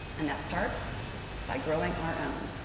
and that starts by growing our own,